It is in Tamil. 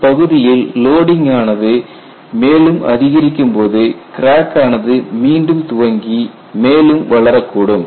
இப்பகுதியில் லோடிங் ஆனது மேலும் அதிகரிக்கும் போது கிராக் ஆனது மீண்டும் துவங்கி மேலும் வளரக்கூடும்